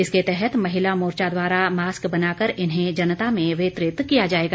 इसके तहत महिला मोर्चा द्वारा मास्क बनाकर इन्हें जनता में वितरित किया जाएगा